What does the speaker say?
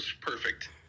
perfect